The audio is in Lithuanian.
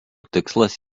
tikslas